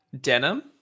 Denim